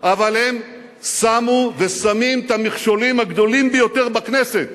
אבל הם שמו ושמים את המכשולים הגדולים ביותר בכנסת